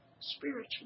spiritually